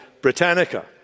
Britannica